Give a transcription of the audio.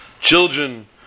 children